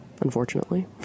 unfortunately